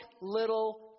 little